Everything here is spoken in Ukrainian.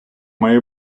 має